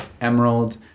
Emerald